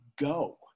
go